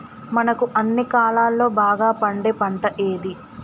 మనకు అన్ని కాలాల్లో బాగా పండే పంట ఏది?